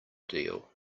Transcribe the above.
deal